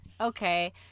Okay